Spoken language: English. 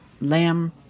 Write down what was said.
lamb